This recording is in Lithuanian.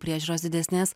priežiūros didesnės